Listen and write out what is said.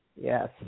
Yes